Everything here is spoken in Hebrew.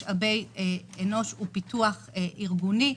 משאבי אנוש ופיתוח ארגוני.